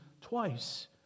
twice